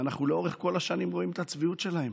אנחנו לאורך כל השנים רואים את הצביעות שלהם.